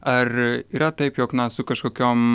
ar yra taip jog na su kažkokiom